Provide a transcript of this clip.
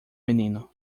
menino